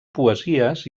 poesies